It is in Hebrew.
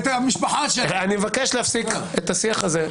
אני מבקש להפסיק את השיח הזה.